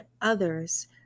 others